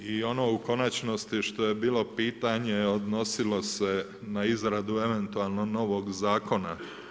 I ono u konačnosti što je bilo pitanje, odnosilo se na izradu eventualnog novog zakona.